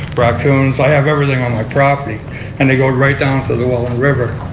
raccoons. i have everything on my property and goes down to the welland river.